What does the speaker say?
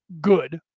good